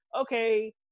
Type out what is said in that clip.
okay